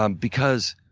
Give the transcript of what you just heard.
um because